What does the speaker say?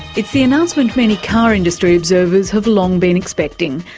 it's the announcement many car industry observers have long been expecting.